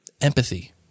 Empathy